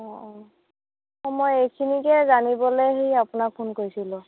অঁ অঁ মই এইখিনিকে জানিবলৈ হেৰি আপোনাক ফোন কৰিছিলোঁ